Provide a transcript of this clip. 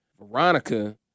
Veronica